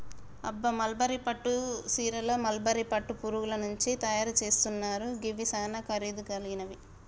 అబ్బ మల్బరీ పట్టు సీరలు మల్బరీ పట్టు పురుగుల నుంచి తయరు సేస్తున్నారు గివి సానా ఖరీదు గలిగినవి